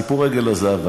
סיפור עגל הזהב,